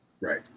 Right